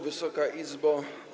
Wysoka Izbo!